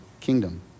kingdom